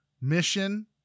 mission